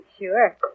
Sure